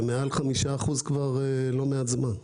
וזה מעל 5% כבר לא מעט זמן.